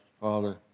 Father